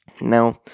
Now